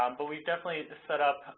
um but we definitely set up.